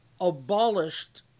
abolished